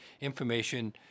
information